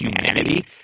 humanity